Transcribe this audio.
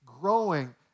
growing